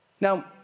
Now